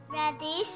Ready